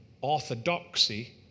orthodoxy